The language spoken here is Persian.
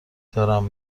دیدارم